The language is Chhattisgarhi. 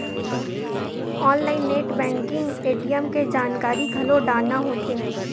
ऑनलाईन नेट बेंकिंग ए.टी.एम के जानकारी घलो डारना होथे